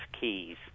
keys